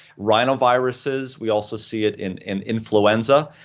rhinoviruses, we also see it in in influenza.